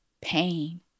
pain